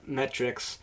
metrics